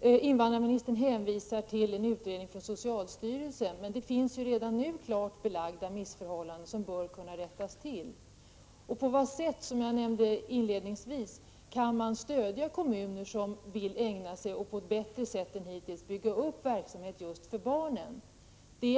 Invandrarministern hänvisar till en utredning från socialstyrelsen, men det finns ju redan nu klart belagda missförhållanden, som bör kunna rättas till. Och, som jag frågade inledningsvis, kan man stödja kommuner som vill ägna sig åt att på ett bättre sätt än hittills bygga upp verksamhet just för barnen?